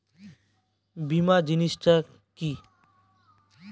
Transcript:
বীমা জিনিস টা কি?